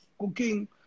cooking